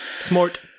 smart